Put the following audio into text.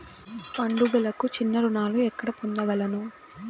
పండుగలకు చిన్న రుణాలు ఎక్కడ పొందగలను?